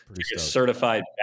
certified